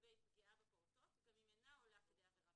לגבי פגיעה בפעוטות גם אם אינה עולה כדי עבירה